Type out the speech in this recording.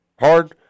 hard